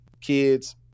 kids